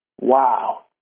wow